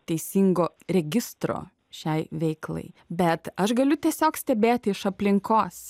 teisingo registro šiai veiklai bet aš galiu tiesiog stebėti iš aplinkos